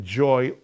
joy